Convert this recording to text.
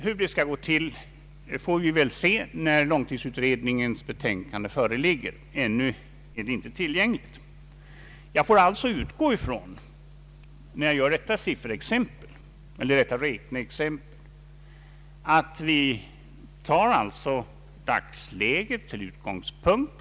Hur det skall gå till får vi väl se när långtidsutredningens betänkande föreligger. Ännu är det inte tillgängligt. Jag får vid detta räkneexempel ta dagsläget till utgångspunkt.